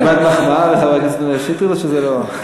קיבלת מחמאה מחבר הכנסת מאיר שטרית או שזה לא?